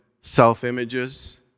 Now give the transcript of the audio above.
self-images